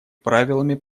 правилами